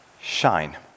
shine